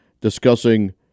discussing